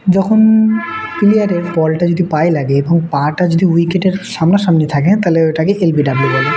যখন প্লেয়ারের বলটা যদি পায়ে লাগে এবং পা টা যদি উইকেটের সামনাসামনি থাকে তাহলে ওটাকে এল বি ডব্লিউ বলে